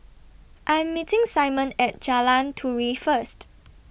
I'm meeting Simon At Jalan Turi First